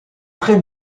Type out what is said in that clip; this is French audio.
très